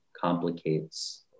complicates